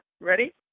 Ready